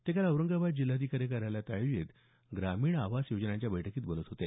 ते काल औरंगाबाद जिल्हाधिकारी कार्यालयात आयोजित ग्रामीण आवास योजनांच्या बैठकीत बोलत होते